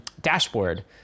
dashboard